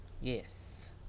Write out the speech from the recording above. Yes